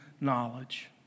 knowledge